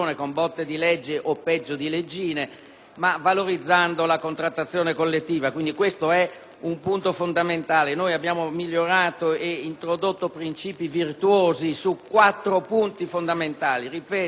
ma valorizzando la contrattazione collettiva. Questo è un punto fondamentale. Abbiamo migliorato e introdotto princìpi virtuosi su quattro punti fondamentali che vorrei ricordare: il chiarimento del ruolo importante